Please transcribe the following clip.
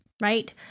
right